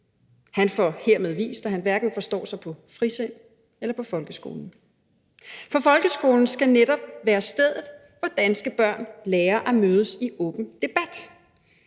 Han får hermed vist, at han hverken forstår sig på frisind eller på folkeskolen. For folkeskolen skal netop være stedet, hvor danske børn lærer at mødes i åben debat.